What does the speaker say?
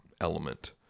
element